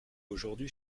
aujourd’hui